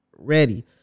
Ready